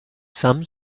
some